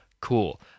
cool